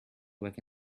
quick